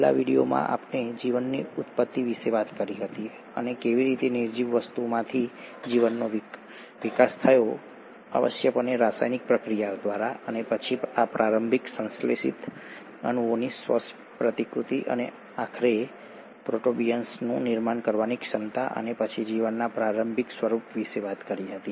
છેલ્લા વિડિયોમાં આપણે જીવનની ઉત્પત્તિ વિશે વાત કરી હતી અને કેવી રીતે નિર્જીવ વસ્તુઓમાંથી જીવનનો વિકાસ થયો આવશ્યકપણે રાસાયણિક પ્રતિક્રિયાઓ દ્વારા અને પછી આ પ્રારંભિક સંશ્લેષિત અણુઓની સ્વ પ્રતિકૃતિ અને આખરે પ્રોટોબિઓન્ટ્સનું નિર્માણ કરવાની ક્ષમતા અને પછી જીવનના પ્રારંભિક સ્વરૂપ વિશે વાત કરી હતી